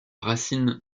racine